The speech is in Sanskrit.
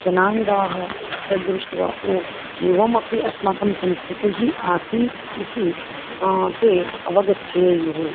जनाङ्गाः तद्दृष्ट्वा ओ एवमपि अस्माकं संस्कृतिः आसीत् इति ते अवगच्छेयुः